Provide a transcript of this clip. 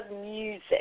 music